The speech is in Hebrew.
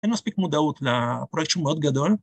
אין מספיק מודעות לפרויקט שהוא מאוד גדול.